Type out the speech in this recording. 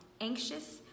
anxious